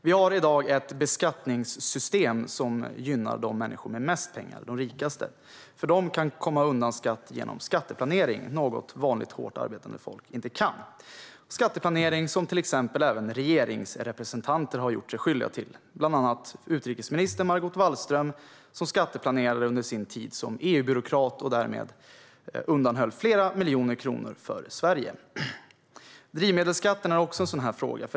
Vi har i dag ett beskattningssystem som gynnar människor med mest pengar, de rikaste. De kan komma undan skatt genom skatteplanering, vilket vanligt hårt arbetande människor inte kan. Skatteplanering har till exempel även regeringsrepresentanter gjort sig skyldiga till. Bland annat skatteplanerade utrikesminister Margot Wallström under sin tid som EU-byråkrat. Hon undanhöll därmed Sverige flera miljoner kronor. Drivmedelsskatt är också en sådan fråga.